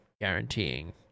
guaranteeing